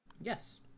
Yes